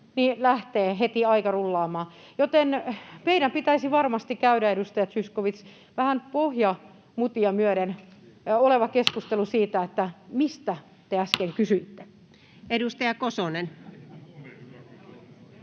lähtee heti aika rullaamaan, joten meidän pitäisi varmasti käydä, edustaja Zyskowicz, vähän pohjamutia myöden oleva keskustelu siitä, että mistä te äsken kysyitte. Edustaja Kosonen.